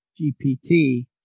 GPT